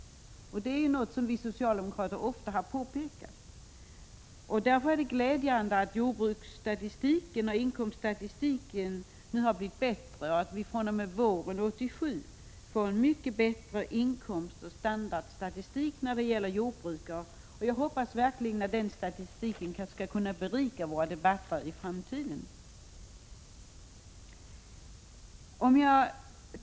Det är något som vi socialdemokrater ofta har påpekat. Därför är det glädjande att jordbruksstatistiken och inkomststatistiken har blivit bättre och att vi fr.o.m. våren 1987 får en mycket bättre inkomstoch standardstatistik när det gäller jordbrukare. Jag hoppas verkligen att den statistiken kan berika våra debatter i framtiden.